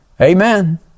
Amen